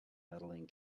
medaling